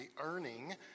earning